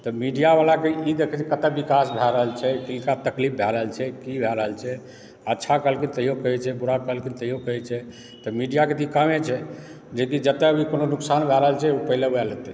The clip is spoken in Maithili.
तऽ मिडियावलाके ई देखैत छै कतय विकास भए रहल छै किनका तकलीफ भए रहल छै की भए रहल छै अच्छा कहलखिन तैओ कहैत छै बुरा कहलखिन तैओ कहैत छै तऽ मिडियाके तऽ ई कामे छै जे भी जतय भी कोनो नुकसान भए रहल छै पहिले उएह लेतै